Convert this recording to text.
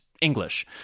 English